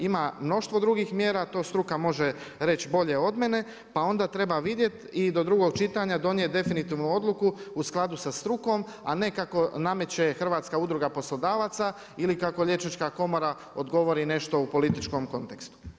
Ima mnoštvo drugih mjera, to struka može reži bolje od mene pa onda treba vidjeti i do drugog čitanja donijeti definitivnu odluku u skladu sa strukom a ne kako nameće Hrvatska udruga poslodavaca ili kako Liječnička komora odgovori nešto u političkom kontekstu.